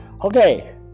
Okay